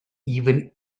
even